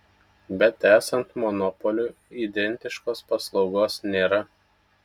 bet esant monopoliui identiškos paslaugos nėra